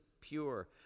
pure